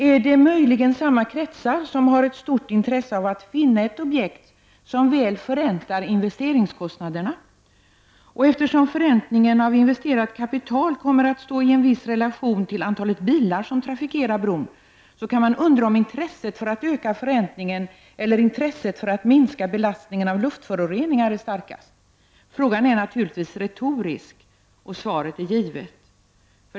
Är det möjligen samma kretsar som har ett stort intresse av att finna ett objekt som väl förräntar investeringskostnaderna? Eftersom förräntningen av investerat kapital kommer att stå i viss relation till antalet bilar som trafikerar bron, kan man undra om intresset för att öka förräntningen eller intresset för att minska belastningen av luftföroreningar är starkast. Min fråga är naturligtvis retorisk, och svaret är givet.